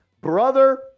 Brother